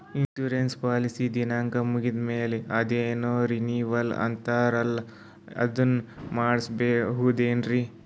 Insurance ಪಾಲಿಸಿಯ ದಿನಾಂಕ ಮುಗಿದ ಮೇಲೆ ಅದೇನೋ ರಿನೀವಲ್ ಅಂತಾರಲ್ಲ ಅದನ್ನು ಮಾಡಿಸಬಹುದೇನ್ರಿ?